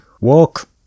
walk